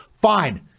Fine